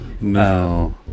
no